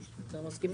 אנחנו מסכימים.